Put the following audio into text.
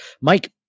Mike